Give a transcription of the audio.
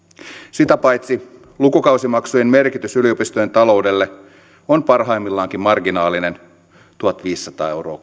sitä paitsi lukukausimaksujen merkitys yliopistojen taloudelle on parhaimmillaankin marginaalinen tuhatviisisataa euroa